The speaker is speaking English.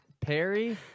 Perry